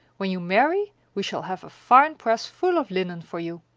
when you marry, we shall have a fine press full of linen for you.